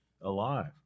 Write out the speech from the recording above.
alive